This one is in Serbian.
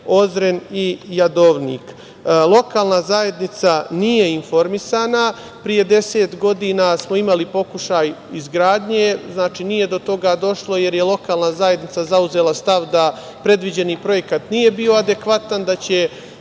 Ozren i Jadovnik. Lokalna zajednica nije informisana, pre 10 godina, smo imali pokušaj izgradnje i nije do toga došlo, jer je lokalna zajednica zauzela stav da predviđeni projekat nije bio adekvatan, da će